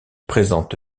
présente